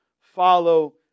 follow